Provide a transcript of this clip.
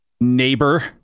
neighbor